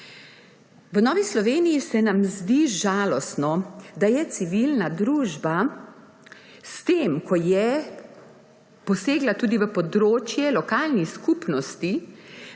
V Novi Sloveniji se nam zdi žalostno, da je civilna družba, s tem ko je posegla tudi v področje lokalnih skupnosti,